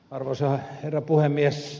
arvoisa herra puhemies